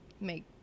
make